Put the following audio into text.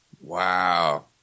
Wow